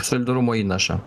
solidarumo įnašą